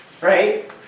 Right